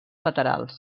laterals